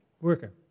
worker